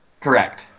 Correct